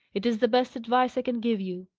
it is the best advice i can give you.